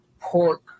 pork